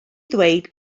ddweud